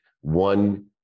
one